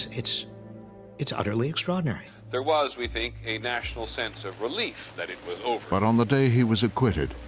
it's it's utterly extraordinary. there was, we think, a national sense of relief that it was over. narrator but on the day he was acquitted,